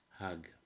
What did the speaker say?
hug